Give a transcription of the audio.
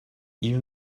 even